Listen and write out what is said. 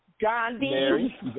Gandhi